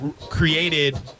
created